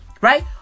Right